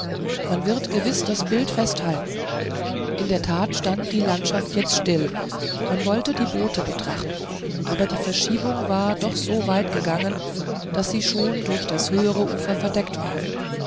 man wird gewiß das bild festhalten in der tat stand die landschaft jetzt still man wollte die boote betrachten aber die verschiebung war doch so weit gegangen daß sie schon durch das höhere ufer verdeckt waren